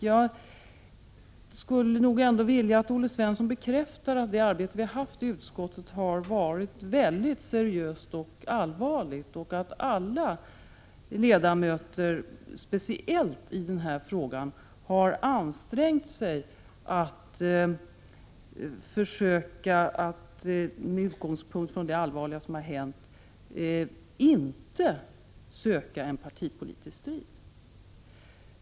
Jag skulle nog ändå vilja att Olle Svensson bekräftade att det arbete vi har bedrivit i utskottet har varit väldigt seriöst och allvarligt och att alla ledamöter, speciellt i den här frågan, har ansträngt sig att med utgångspunkt i det allvarliga som har hänt inte söka en partipolitisk strid.